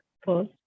first